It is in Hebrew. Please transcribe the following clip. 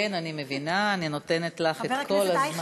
כן, אני מבינה, אני נותנת לך את כל הזמן.